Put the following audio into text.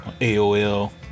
AOL